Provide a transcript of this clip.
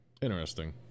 Interesting